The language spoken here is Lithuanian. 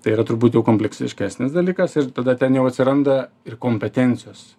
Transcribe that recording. tai yra turbūt daug kompleksiškesnis dalykas ir tada ten jau atsiranda ir kompetencijos